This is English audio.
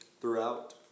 throughout